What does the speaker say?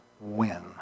win